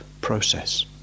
process